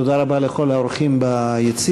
תודה רבה לכל האורחים ביציע.